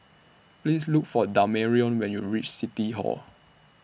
Please Look For Damarion when YOU REACH City Hall